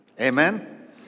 Amen